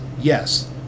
yes